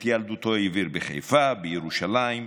את ילדותו העביר בחיפה, בירושלים.